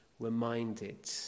reminded